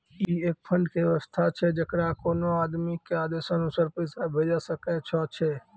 ई एक फंड के वयवस्था छै जैकरा कोनो आदमी के आदेशानुसार पैसा भेजै सकै छौ छै?